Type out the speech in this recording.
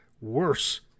worse